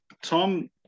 Tom